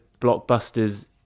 blockbusters